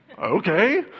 okay